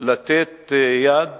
לתת יד